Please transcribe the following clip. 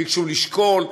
ביקשו לשקול,